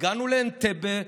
הגענו לאנטבה,